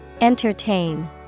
Entertain